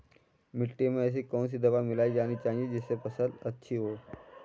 मिट्टी में ऐसी कौन सी दवा मिलाई जानी चाहिए जिससे फसल अच्छी हो?